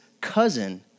cousin